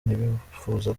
ntibifuza